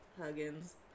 Huggins